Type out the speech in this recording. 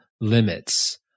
limits